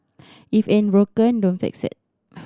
if it ain't broken don't fix it